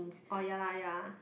orh ya lah ya